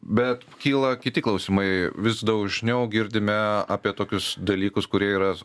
bet kyla kiti klausimai vis dažniau girdime apie tokius dalykus kurie yra